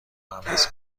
عوض